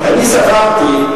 אני סברתי,